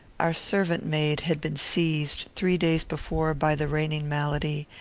our servant-maid had been seized, three days before, by the reigning malady,